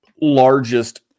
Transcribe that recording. largest